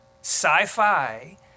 sci-fi